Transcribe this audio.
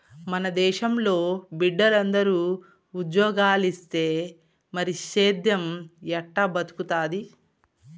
మన దేశంలో బిడ్డలందరూ ఉజ్జోగాలిస్తే మరి సేద్దెం ఎట్టా బతుకుతాది